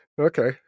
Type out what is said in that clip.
Okay